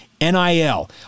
NIL